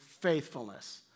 faithfulness